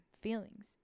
feelings